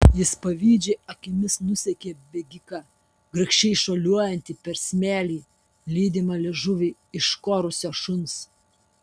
jis pavydžiai akimis nusekė bėgiką grakščiai šuoliuojantį per smėlį lydimą liežuvį iškorusio šuns